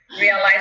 Realize